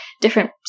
different